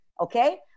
okay